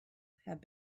have